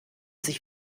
sich